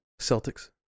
Celtics